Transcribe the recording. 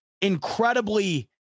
incredibly